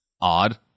odd